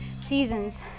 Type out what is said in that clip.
seasons